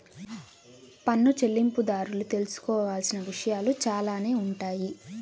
పన్ను చెల్లింపుదారులు తెలుసుకోవాల్సిన విషయాలు చాలానే ఉంటాయి